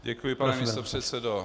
Děkuji, pane místopředsedo.